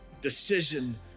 decision